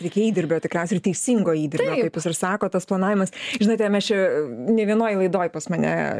reikia įdirbo tikriausiai ir teisingo įdirbio kaip jūs ir sakot tikriausiai tas planavimas žinote mes čia ne vienoj laidoj pas mane